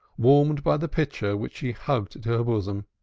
warmed by the pitcher which she hugged to her bosom,